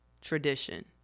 tradition